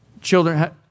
Children